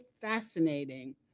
fascinating